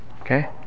Okay